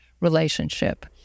relationship